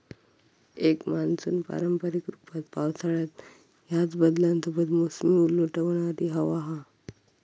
एक मान्सून पारंपारिक रूपात पावसाळ्यात ह्याच बदलांसोबत मोसमी उलटवणारी हवा हा